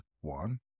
One